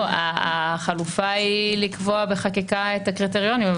החלופה היא לקבוע בחקיקה את הקריטריונים,